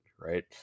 right